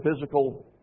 physical